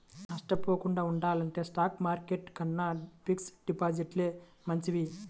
నష్టపోకుండా ఉండాలంటే stock market కన్నా ఫిక్స్డ్ డిపాజిట్లే మంచివి